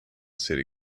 city